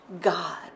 God